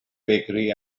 bakery